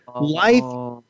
life